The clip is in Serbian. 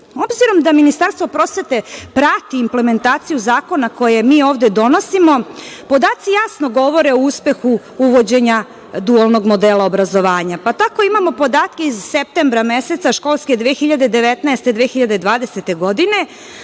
modelu. Obzirom da Ministarstvo prosvete prati implementaciju zakona koje mi ovde donosimo, podaci jasno govore o uspehu uvođenja dualnog modela obrazovanja, pa tako imamo podatke iz septembra meseca školske 2019/2020 godine,